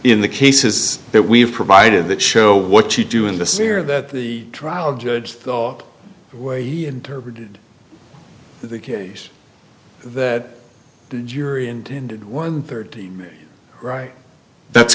in the cases that we've provided that show what you do in this era that the trial judge thought the way you interpreted the case that the jury intended one thirty right that's